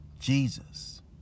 Jesus